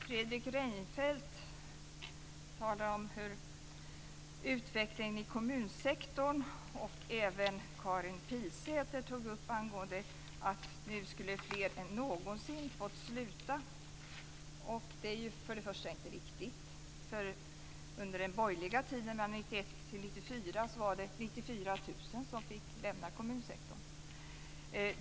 Fredrik Reinfeldt talar om utvecklingen i kommunsektorn, och Karin Pilsäter tog upp att nu skulle fler än någonsin ha fått sluta inom kommunsektorn. Det är ju inte riktigt, för under den borgerliga tiden 1991-1994 var det 94 000 som fick lämna kommunsektorn.